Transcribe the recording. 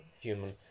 human